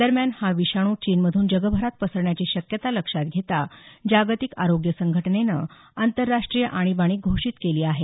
दरम्यान हा विषाणू चीनमधून जगभरात पसरण्याची शक्यता लक्षात घेता जागतिक आरोग्य संघटनेनं आंतरराष्ट्रीय आणीबाणी घोषित केली आहे